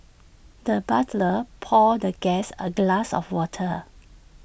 the butler poured the guest A glass of water